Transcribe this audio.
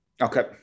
okay